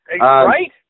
Right